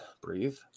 Breathe